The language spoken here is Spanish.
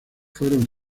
fueron